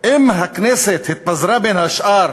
אם הכנסת התפזרה בין השאר